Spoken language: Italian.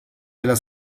della